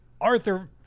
Arthur